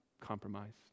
compromised